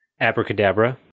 Abracadabra